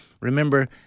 Remember